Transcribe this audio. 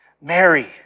Mary